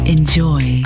Enjoy